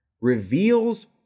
reveals